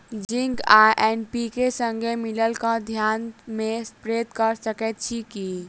Zinc आ NPK, संगे मिलल कऽ धान मे स्प्रे कऽ सकैत छी की?